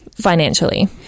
financially